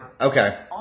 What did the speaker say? Okay